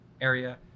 area